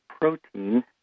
protein